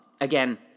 Again